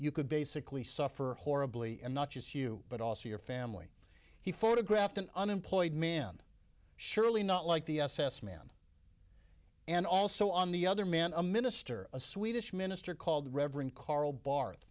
you could basically suffer horribly and not just you but also your family he photographed an unemployed man surely not like the s s man and also on the other man a minister a swedish minister called reverend coral bar